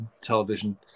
television